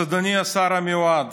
אז, אדוני השר המיועד